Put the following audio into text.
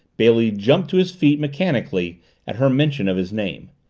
bailey jumped to his feet mechanically at her mention of his name.